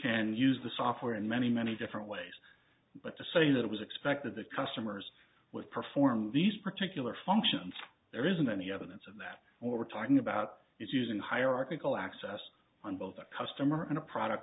can use the software in many many different ways but to say that it was expected that customers would perform these particular functions there isn't any evidence of that or we're talking about is using hierarchical access on both a customer and a product